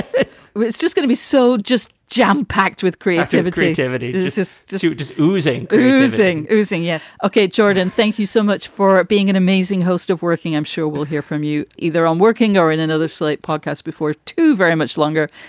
it's it's just going to be so just jam packed with creativity activity. this is just. you're just losing, losing, losing. yeah. okay. jordan, thank you so much for being an amazing host of working. i'm sure we'll hear from you. either i'm working or in another slate podcast before too very much longer.